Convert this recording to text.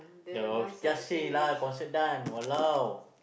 the just say lah considered done !walao!